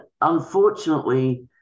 unfortunately